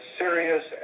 serious